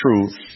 truth